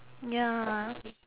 ya